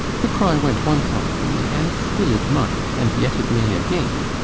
the cry went once on thee, and still it might, and yet it may again,